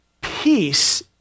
peace